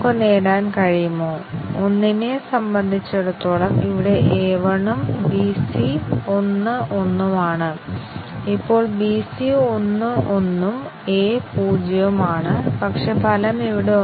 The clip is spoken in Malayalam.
ഷോർട്ട് സർക്യൂട്ട് വിലയിരുത്തലിന്റെ ഫലത്തിന്റെ ഒരു ഉദാഹരണം മാത്രമാണ് ഇത്